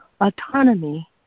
autonomy